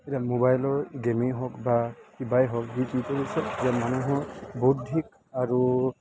এতিয়া মোবাইলৰ গেমেই হওক বা কিবাই হওক যি কি কৰিছে যে মানুহৰ বৌদ্ধিক আৰু